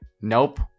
Nope